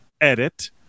Edit